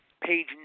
Page